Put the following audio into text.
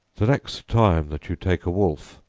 the next time that you take a wolf,